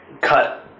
cut